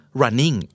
running